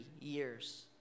years